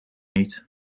niet